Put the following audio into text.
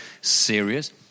serious